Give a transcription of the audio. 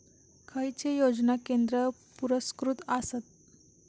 खैचे योजना केंद्र पुरस्कृत आसत?